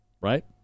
right